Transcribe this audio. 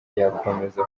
yakomeza